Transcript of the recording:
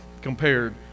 compared